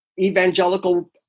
evangelical